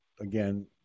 again